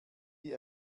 die